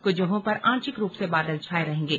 कुछ जगहों पर आंशिक रूप से बादल छाए रहेंगे